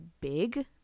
big